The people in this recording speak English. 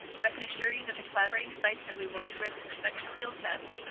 but i can assure you that the collaborating sites that we worked with in the second field test,